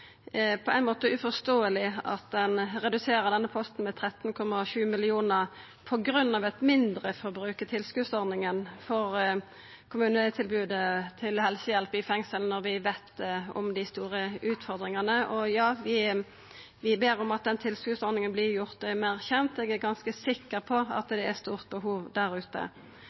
uforståeleg at ein reduserer denne posten med 13,7 mill. kr på grunn av eit mindreforbruk i tilskotsordninga for kommunetilbodet om helsehjelp i fengsel, når vi veit om dei store utfordringane. Vi ber om at den tilskotsordninga vert gjort meir kjend. Eg er ganske sikker på at det er eit stort behov der ute.